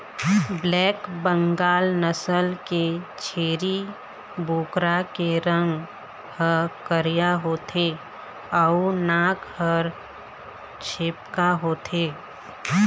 black Bengal नसल के छेरी बोकरा के रंग ह करिया होथे अउ नाक ह छेपका होथे